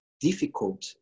difficult